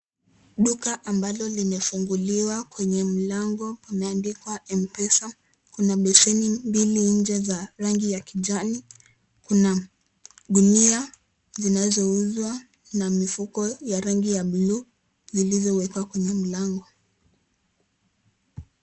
Duka ambalo limefunguliwa kwenye mlango pameandikwa Mpesa. Kuna beseni mbili nje za rangi ya kijani, kuna gunia zinazouzwa na mifuko ya rangi ya blue zilizowekwa kwenye mlango.